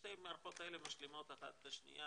שתי המערכות האלה משלימות אחת את השנייה